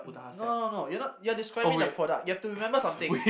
no no no you're not you're describing the product you have to remember something